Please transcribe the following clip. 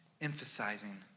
emphasizing